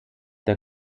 der